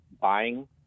buying